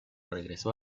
regresó